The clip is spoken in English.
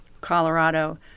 Colorado